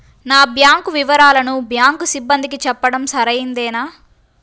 నా బ్యాంకు వివరాలను బ్యాంకు సిబ్బందికి చెప్పడం సరైందేనా?